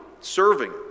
serving